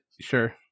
Sure